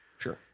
Sure